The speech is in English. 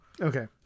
Okay